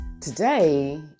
today